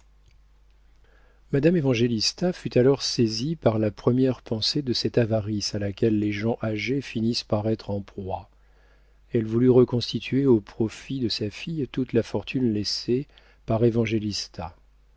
madame évangélista fut alors saisie par la première pensée de cette avarice à laquelle les gens âgés finissent par être en proie elle voulut reconstituer au profit de sa fille toute la fortune laissée par